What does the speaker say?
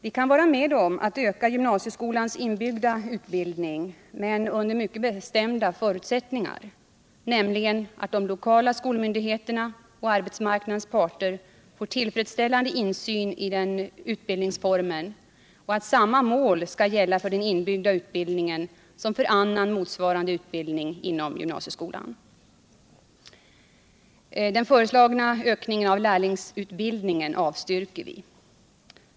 Vi kan vara med om att öka gymnasieskolans inbyggda utbildning men under mycket bestämda förutsättningar, nämligen att de lokala skolmyndigheterna och arbetsmarknadens parter får tillfredsställande insyn i den utbildningsformen och att samma mål skall gälla för den inbyggda utbildningen som för annan motsvarande utbildning inom gymnasieskolan. Den föreslagna ökningen av lärlingsutbildningen avstyrker vi.